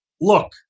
look